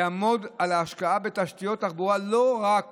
יעמוד על השקעה בתשתיות תחבורה לא רק